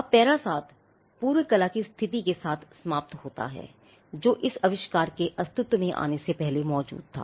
अब पैरा 7 पूर्व कला की स्थिति के साथ समाप्त होता है जो इस आविष्कार के अस्तित्व में आने से पहले मौजूद है